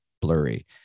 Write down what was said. blurry